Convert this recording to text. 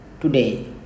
today